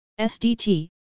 SDT